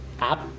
app